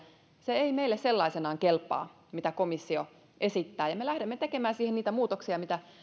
se ei meille sellaisenaan kelpaa mitä komissio esittää ja me lähdemme tekemään siihen niitä muutoksia mitä